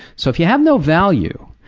so if you have no value,